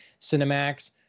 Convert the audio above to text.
Cinemax